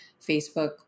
Facebook